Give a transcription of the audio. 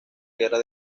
guerra